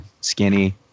skinny